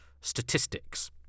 statistics